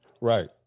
Right